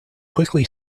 quickly